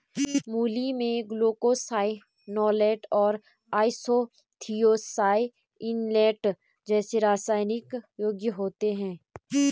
मूली में ग्लूकोसाइनोलेट और आइसोथियोसाइनेट जैसे रासायनिक यौगिक होते है